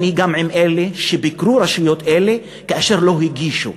אני גם עם אלה שביקרו רשויות אלה כאשר לא הגישו,